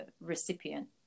recipient